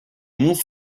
mont